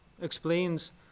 explains